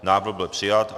Návrh byl přijat.